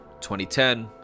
2010